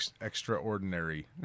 extraordinary